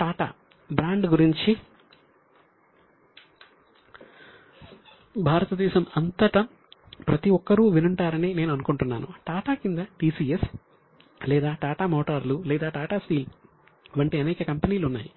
టాటా లేదా టాటా మోటార్లు లేదా టాటా స్టీల్ వంటి అనేక కంపెనీలు ఉన్నాయి